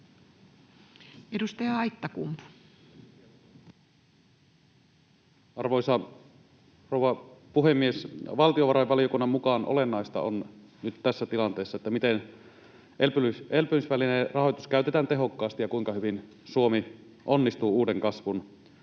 Content: Arvoisa rouva puhemies! Valtiovarainvaliokunnan mukaan olennaista on nyt tässä tilanteessa, miten elpymisvälineen rahoitus käytetään tehokkaasti ja kuinka hyvin Suomi onnistuu uuden kasvun